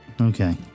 okay